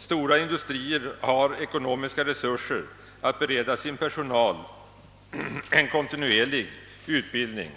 Stora industrier har ekonomiska resurser att bereda sin personal en kontinuerlig utbildning